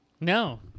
No